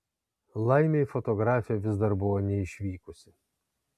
laimei fotografė vis dar buvo neišvykusi